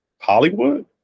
Hollywood